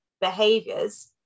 behaviors